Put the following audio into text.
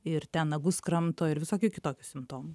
ir ten nagus kramto ir visokių kitokių simptomų